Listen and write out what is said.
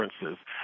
differences